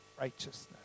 righteousness